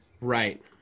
Right